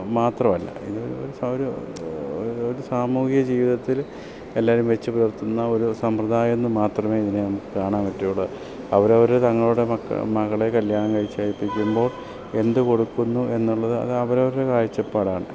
മാത്രമല്ല ഇത് ഒരു ഒരു ഒരു ഒരു ഒരു സാമൂഹിക ജീവിതത്തിൽ എല്ലാവരും വെച്ചു പുലർത്തുന്ന ഒരു സമ്പ്രദായം എന്ന് മാത്രമേ ഇതിനെ നമുക്ക് കാണാൻ പറ്റുള്ളൂ അവർ അവർ തങ്ങളുടെ മക്കളെ മകളെ കല്യാണം കഴിച്ചയപ്പിക്കുമ്പോൾ എന്ത് കൊടുക്കുന്നു എന്നുള്ളത് അത് അവർ അവരുടെ കാഴ്ചപ്പാടാണ്